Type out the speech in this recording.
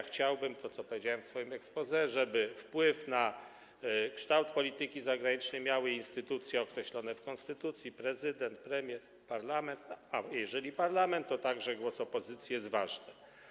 Chciałbym - o tym powiedziałem w swoim exposé - żeby wpływ na kształt polityki zagranicznej miały instytucje określone w konstytucji: prezydent, premier, parlament, a jeżeli i parlament - to także głos opozycji jest ważny.